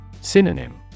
Synonym